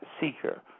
seeker